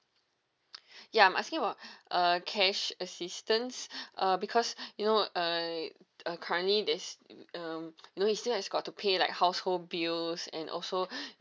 ya I'm asking about uh cash assistance uh because you know I uh currently there's um you now he still has got to pay like household bills and also